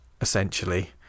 Essentially